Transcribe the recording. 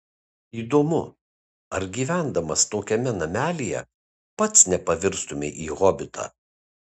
įdomu ar gyvendamas tokiame namelyje pats nepavirstumei į hobitą